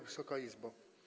Wysoka Izbo!